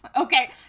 Okay